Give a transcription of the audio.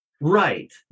Right